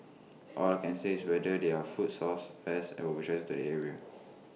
all I can say is whether there are food sources pests would attracted to the area